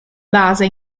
basa